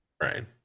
right